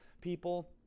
people